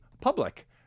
public